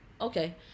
Okay